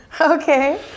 Okay